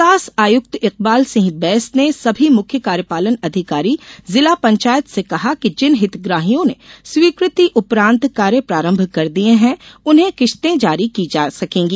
विकास आयुक्त इकबाल सिंह बैस ने सभी मुख्य कार्यपालन अधिकारी जिला पंचायत से कहा कि जिन हितग्राहियों ने स्वीकृति उपरान्त कार्य प्रारंभ कर दिये है उन्हें किश्ते जारी की जा सकेंगी